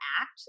act